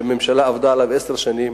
שהממשלה עבדה עליו עשר שנים,